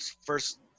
first